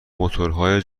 موتورهای